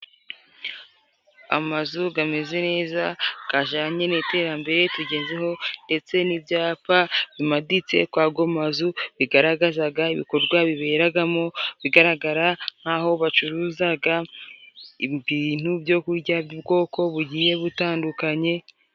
Amazu gameze neza gajanye n'iterambere tugezeho, ndetse n'ibyapa bimaditse kuri ago mazu bigaragazaga ibikorwa biberagamo, bigaragara nk'aho bacuruzaga ibintu byo kujya by'ubwoko bugiye butandukanye.